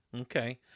okay